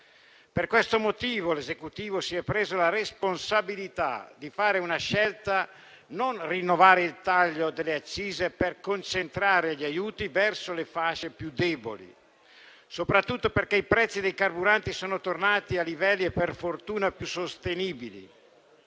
Per questo motivo, l'Esecutivo si è assunto la responsabilità di compiere la scelta di non rinnovare il taglio delle accise, per concentrare gli aiuti verso le fasce più deboli, soprattutto perché i prezzi dei carburanti sono tornati, per fortuna, a livelli più sostenibili.